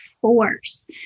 force